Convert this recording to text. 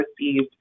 received